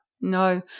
no